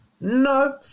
No